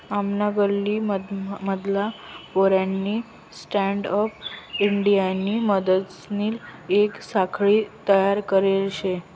आमना गल्ली मधला पोऱ्यानी स्टँडअप इंडियानी मदतलीसन येक साखळी तयार करले शे